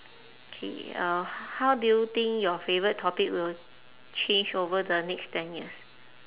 K uh how do you think your favourite topic will change over the next ten years